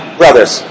brothers